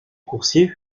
coursiers